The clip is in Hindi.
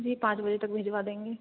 जी पाँच बजे तक भिजवा देंगे